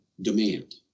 demand